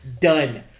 Done